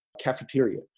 cafeteria